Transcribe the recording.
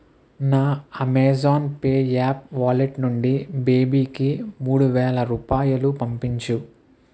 నా Amazon Pay app wallet నుండి బేబీకి మూడు వేల రూపాయలు పంపించు